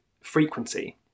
frequency